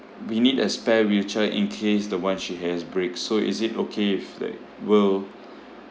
we need a spare wheelchair in case the one she has breaks so is it okay if like will